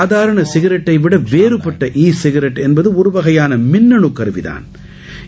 சாதாரண சிகரெட்டை விட வேறுபட்ட இ சிகரெட் என்பது ஒருவகையாள மின்னு கருவிதாள்